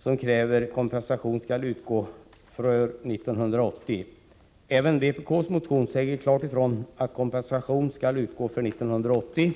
som kräver att kompensation skall utgå från 1980. Även i vpk:s motion sägs klart ifrån att kompensation skall utgå för 1980.